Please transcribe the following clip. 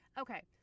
okay